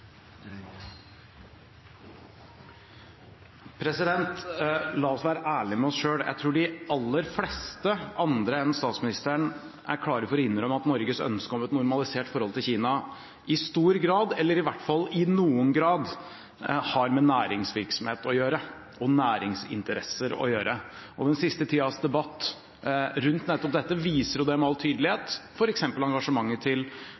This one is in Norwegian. La oss være ærlige med oss selv. Jeg tror de aller fleste andre enn statsministeren er klare til å innrømme at Norges ønske om et normalisert forhold til Kina i stor grad, eller i hvert fall noen grad, har med næringsvirksomhet og næringsinteresser å gjøre. Den siste tidens debatt rundt dette viser jo det med all tydelighet. For eksempel kjenner vi alle til engasjementet til